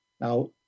Now